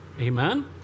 Amen